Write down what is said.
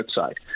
outside